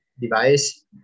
device